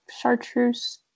chartreuse